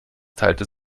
teilte